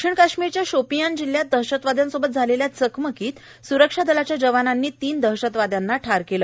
दक्षिण काश्मीरच्या शोपियान जिल्ह्यात दहशतवाद्यांसोबत झालेल्या चकमकित स्रक्षा दलाच्या जवानांनी तीन दहशतवादयांना ठार केली